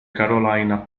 carolina